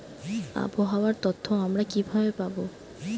আবহাওয়ার তথ্য আমরা কিভাবে পাব?